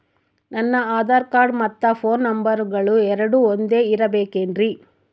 ನನ್ನ ಆಧಾರ್ ಕಾರ್ಡ್ ಮತ್ತ ಪೋನ್ ನಂಬರಗಳು ಎರಡು ಒಂದೆ ಇರಬೇಕಿನ್ರಿ?